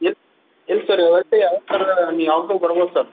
ಏನು ಏನು ಸರ್ ನೀವು ಯಾವತ್ತಾರೂ ಬರ್ಬೋದು ಸರ್